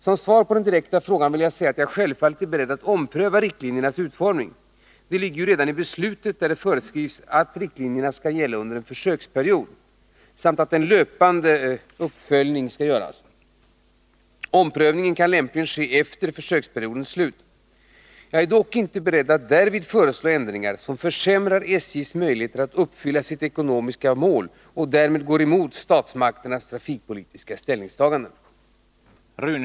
Som svar på den direkta frågan vill jag säga att jag självfallet är beredd att ompröva riktlinjernas utformning. Detta ligger ju redan i beslutet, där det föreskrivs att riktlinjerna skall gälla under en försöksperiod samt att en löpande uppföljning skall göras. Omprövningen kan lämpligen ske efter försöksperiodens slut. Jag är dock inte beredd att därvid föreslå ändringar som försämrar SJ:s möjligheter att uppfylla sitt ekonomiska mål och därmed går emot statsmakternas trafikpolitiska ställningstaganden.